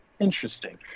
interesting